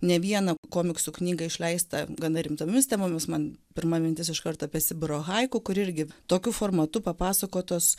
ne vieną komiksų knygą išleistą gana rimtomis temomis man pirma mintis iškart apie sibiro haiku kur irgi tokiu formatu papasakotos